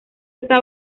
está